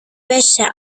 wäsche